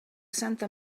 santa